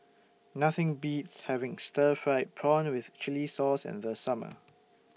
Nothing Beats having Stir Fried Prawn with Chili Sauce in The Summer